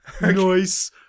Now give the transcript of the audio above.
Nice